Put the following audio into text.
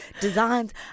designs